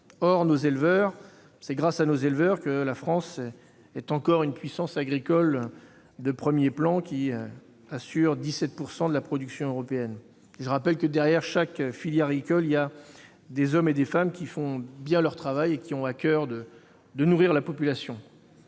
Or c'est grâce à nos éleveurs que la France est encore une puissance agricole de premier plan, représentant à elle seule 17 % de la production européenne. Je rappelle que, dans chaque filière agricole, il y a des hommes et des femmes qui font bien leur travail et qui ont à coeur de nourrir la population.